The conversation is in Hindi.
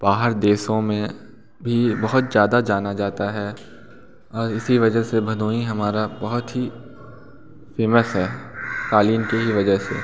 बाहर देशों में भी बहुत ज़्यादा जाना जाता है और इसी वजह से भदोही हमारा बहुत ही फ़ेमस है क़ालीन की ही वजह से